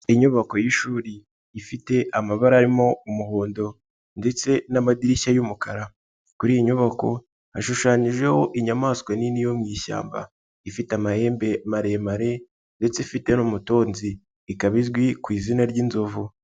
Inyubako y'ishuri ifite amabara arimo umuhondo ndetse n'amadirishya y'umukara, kuri iyi nyubako hashushanyijeho inyamaswa nini yo mu ishyamba ifite amahembe maremare ndetse ifite n'umutonzi, ikaba izwi ku izina ry'Inzovu.